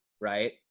right